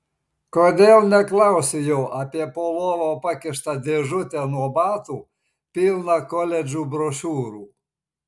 kodėl neklausi jo apie po lova pakištą dėžutę nuo batų pilną koledžų brošiūrų